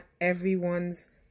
everyone's